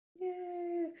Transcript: Yay